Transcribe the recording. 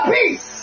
Peace